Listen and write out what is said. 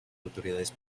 autoridades